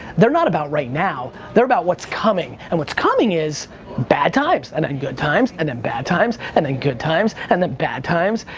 they're not about right now. they're about what's coming. and what's coming is bad times, and then good times, and then bad times and then good times and then bad times.